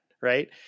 Right